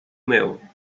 meu